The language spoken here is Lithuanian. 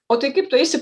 o tai kaip tu eisi